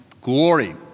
glory